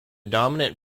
dominant